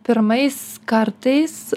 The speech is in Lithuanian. pirmais kartais